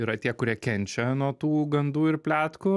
yra tie kurie kenčia nuo tų gandų ir pletkų